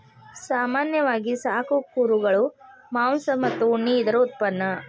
ಸಾಮಾನ್ಯವಾಗಿ ಸಾಕು ಕುರುಗಳು ಮಾಂಸ ಮತ್ತ ಉಣ್ಣಿ ಇದರ ಉತ್ಪನ್ನಾ